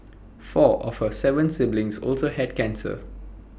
four of her Seven siblings also had cancer